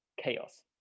chaos